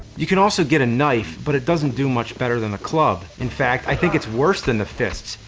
you can also get a knife, but it doesn't do much better than a club. in fact, i think it's worse than the fists.